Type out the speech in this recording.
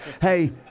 hey